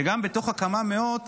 וגם בתוך הכמה מאות,